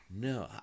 No